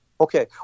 Okay